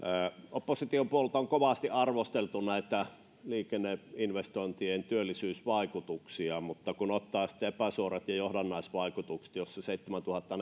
opposition puolelta on kovasti arvosteltu näitä liikenneinvestointien työllisyysvaikutuksia mutta kun ottaa epäsuorat ja johdannaisvaikutukset niin jos seitsemäntuhatta